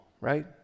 right